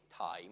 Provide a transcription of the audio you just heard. time